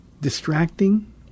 distracting